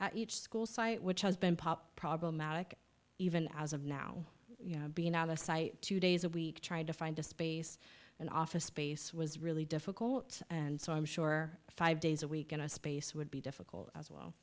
at each school site which has been popped problematic even as of now being out of site two days a week trying to find a space and office space was really difficult and so i'm sure five days a week in a space would be difficult as well